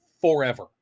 forever